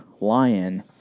lion